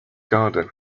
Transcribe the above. garden